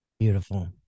beautiful